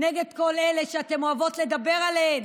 נגד כל אלה שאתן אוהבות לדבר עליהם,